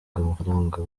amafaranga